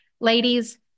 ladies